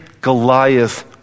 Goliath